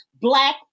Black